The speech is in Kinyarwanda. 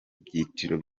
byiciro